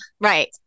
Right